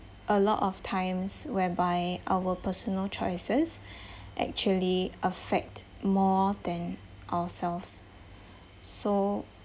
a lot of times whereby our personal choices actually affect more than ourselves so